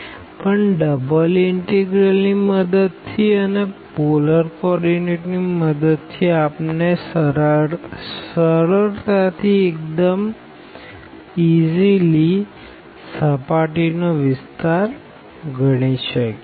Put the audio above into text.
પણ double integral ની મદદ થી અને પોલર કો ઓર્ડીનેટ ની મદદ થી આપણે સળરતા થી સર્ફેસ નો વિસ્તાર ગણી શકીએ